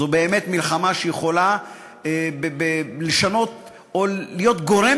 זו באמת מלחמה שיכולה לשנות או להיות גורם